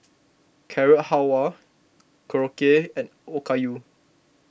Carrot Halwa Korokke and Okayu